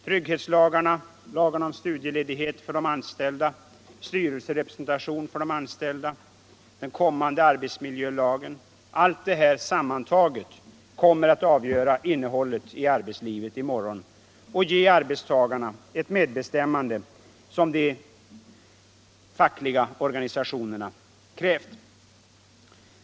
Trygghetslagarna, lagarna om studieledighet för de anställda, styrelserepresentation för de anställda, den kommande arbetsmiljölagen — allt detta sammantaget kommer att avgöra innehållet i arbetslivet i morgon och ge arbetstagarna ett medbestämmande som de fackliga organisationerna krävt.